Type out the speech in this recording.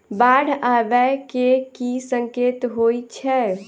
बाढ़ आबै केँ की संकेत होइ छै?